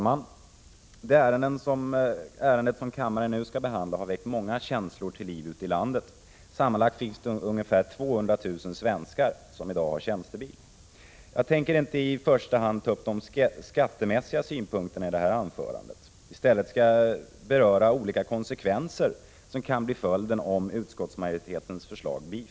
Herr talman! Det ärende som kammaren nu behandlar har väckt många känslor till liv ute i landet. Sammanlagt finns ungefär 200 000 svenskar som i dag har tjänstebil. Jag tänker inte i detta anförande i första hand ta upp de skattemässiga synpunkter jag har, utan skall i stället beröra olika konsekvenser av ett bifall till utskottsmajoritetens förslag.